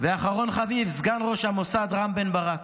ואחרון חביב, סגן ראש המוסד רם בן ברק.